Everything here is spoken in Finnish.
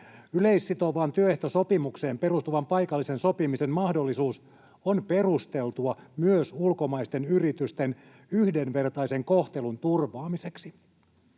Yleissitovaan työehtosopimukseen perustuvan paikallisen sopimisen mahdollisuus on perusteltua myös ulkomaisten yritysten yhdenvertaisen kohtelun turvaamiseksi.